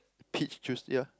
peach juice ya